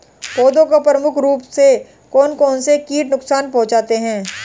पौधों को प्रमुख रूप से कौन कौन से कीट नुकसान पहुंचाते हैं?